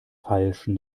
feilschen